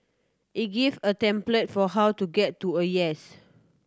it give a template for how to get to a yes